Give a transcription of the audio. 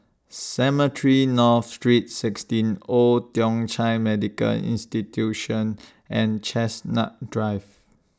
Cemetry North Street sixteen Old Thong Chai Medical Institution and Chestnut Drive